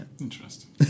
Interesting